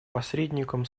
посредником